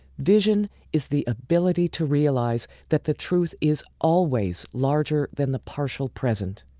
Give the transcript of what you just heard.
vision is the ability to realize that the truth is always larger than the partial present.